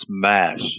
smash